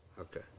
Okay